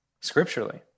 scripturally